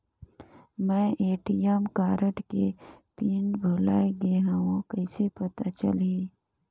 मैं ATM card के PIN भुलाए गे हववं कइसे पता चलही?